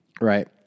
Right